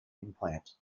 implant